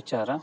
ವಿಚಾರ